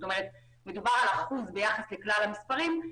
מדובר על אחוז ביחס לכלל המספרים,